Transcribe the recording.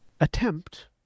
attempt